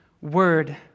word